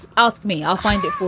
ask me. i'll find it for